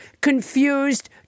confused